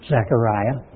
Zechariah